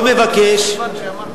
מאוד מבקש,